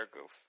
goof